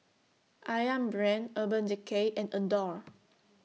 Ayam Brand Urban Decay and Adore